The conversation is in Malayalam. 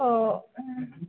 ഓ